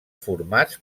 formats